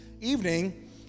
evening